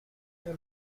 your